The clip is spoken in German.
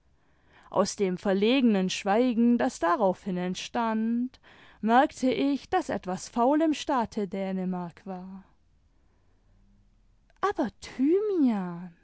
aus dem verlegenen schweigen das daraufhin entstand merkte ich daß etwas faul im staate dänemark war aber thymian